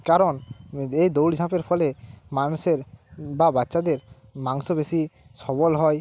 কারণ এই দৌড় ঝাঁপের ফলে মানুষের বা বাচ্চাদের মাংসপেশি সবল হয়